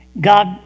God